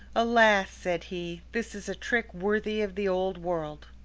alas! said he, this is a trick worthy of the old world!